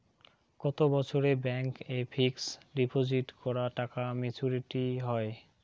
কত বছরে ব্যাংক এ ফিক্সড ডিপোজিট করা টাকা মেচুউরিটি হয়?